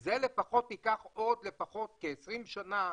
זה ייקח עוד לפחות כ-20 שנים,